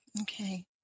Okay